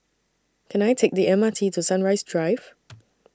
Can I Take The M R T to Sunrise Drive